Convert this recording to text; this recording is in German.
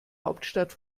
hauptstadt